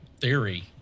theory